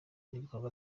n’ibikorwa